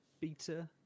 beta